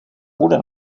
bude